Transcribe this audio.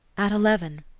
at eleven.